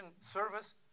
service